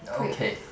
quick